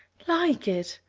like it!